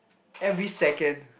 every second